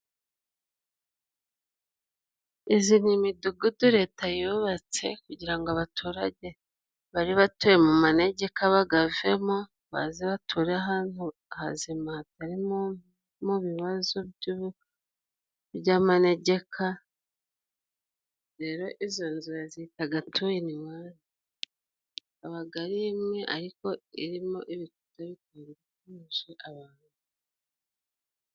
Izi ni imidugudu Leta yubatse kugira ngo abaturage bari batuye mu manegeka bagavemo, baze bature ahantu hazima hatari mu bibazo byubu by'amanegeka, rero izo nzu bazitaga tu iniwane, abaga ari imwe ariko irimo ibice bitandukanyije abantu.